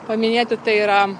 paminėti tai yra